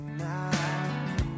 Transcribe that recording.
now